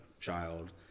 child